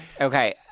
Okay